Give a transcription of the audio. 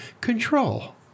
control